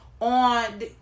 on